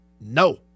No